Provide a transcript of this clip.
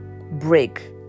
break